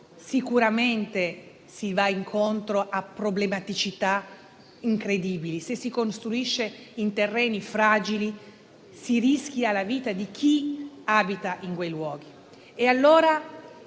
sicuramente si va incontro a problematicità incredibili; che, se si costruisce in terreni fragili, si rischia la vita di chi abita in quei luoghi.